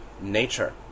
nature